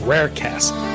Rarecast